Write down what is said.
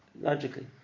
logically